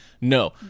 No